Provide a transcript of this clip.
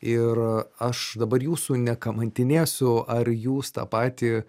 ir aš dabar jūsų nekamantienėsiu ar jūs tą patį